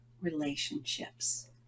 relationships